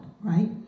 right